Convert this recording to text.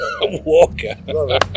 Walker